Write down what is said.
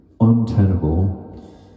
untenable